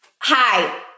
hi